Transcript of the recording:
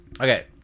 Okay